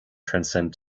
transcend